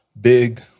big